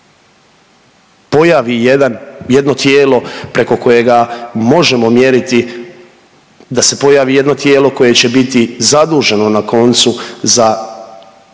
jedan, jedno tijelo preko kojega možemo mjeriti, da se pojavi jedno tijelo koje će biti zaduženo na koncu za